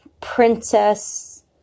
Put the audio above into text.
princess